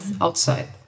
outside